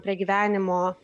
prie gyvenimo